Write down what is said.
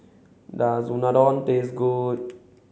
does Unadon taste good